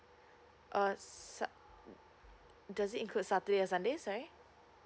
uh sa~ does it include saturday and sunday sorry